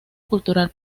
cultural